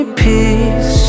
peace